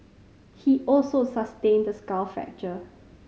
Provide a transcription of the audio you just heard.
he also sustained a skull fracture